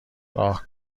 راه